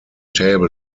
table